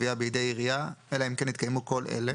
סעיף 330יג - תנאים למתן אישור: תנאים למתן אישור